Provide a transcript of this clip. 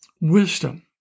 wisdom